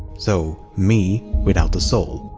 so me without a soul.